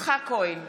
יצחק כהן,